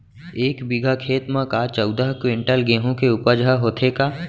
एक बीघा खेत म का चौदह क्विंटल गेहूँ के उपज ह होथे का?